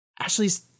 Ashley's